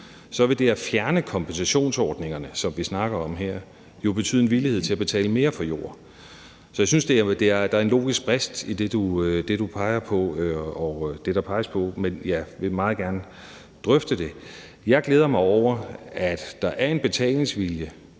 så vil det at fjerne kompensationsordningerne, som vi snakker om her, jo betyde en villighed til at betale mere for jord. Så jeg synes, at der er en logisk brist i det, der peges på, men jeg vil meget gerne drøfte det. Jeg glæder mig over, at der er en betalingsvilje.